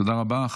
תודה רבה.